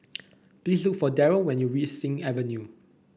please look for Darryl when you Sing Avenue